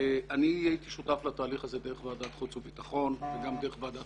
אני שותף לתהליך הזה דרך בוועדת חוץ וביטחון וגם דרך ועדת